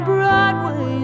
Broadway